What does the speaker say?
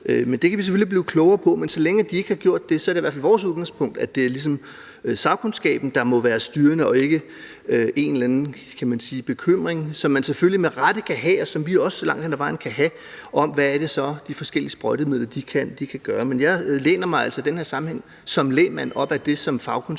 Det kan vi selvfølgelig blive klogere på, men så længe de ikke har gjort det, er det i hvert fald vores udgangspunkt, at det er sagkundskaben, der må være styrende, og ikke en eller anden bekymring, som man selvfølgelig med rette kan have, og som vi også langt hen ad vejen kan have, om, hvad det er, de forskellige sprøjtemidler kan gøre. Men jeg læner mig altså i den her sammenhæng som lægmand op ad det, som fagkundskaben